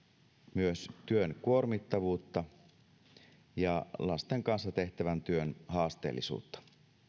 myös työn kuormittavuutta ja lasten kanssa tehtävän työn haasteellisuutta